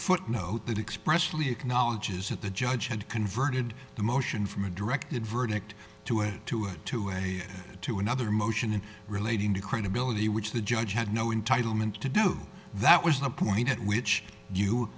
footnote that express fully acknowledges that the judge had converted the motion from a directed verdict to add to it to a two another motion and relating to credibility which the judge had no entitle meant to do that was the point at which you